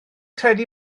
credu